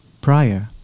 prior